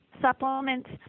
supplements